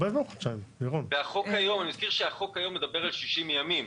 אני מזכיר שהחוק היום מדבר על 60 ימים.